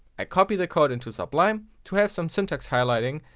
i copy the code into sublime to have some syntax highlighting.